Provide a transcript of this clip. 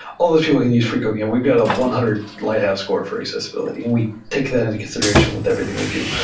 all those people can use freecodecamp. we've got a one hundred lighthouse score for accessibility, and we take that into consideration with everything we do.